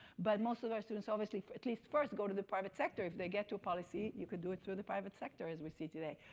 but most of our students obviously at least first go to the private sector if they get to a policy, you could do it through the private sector as we see today.